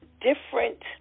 different